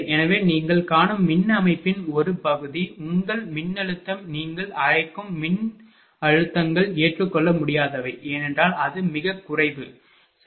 எனவே நீங்கள் காணும் மின் அமைப்பின் ஒரு பகுதி உங்கள் மின்னழுத்தம் நீங்கள் அழைக்கும் மின்னழுத்தங்கள் ஏற்றுக்கொள்ள முடியாதவை ஏனென்றால் அது மிகக் குறைவு சரி